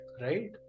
right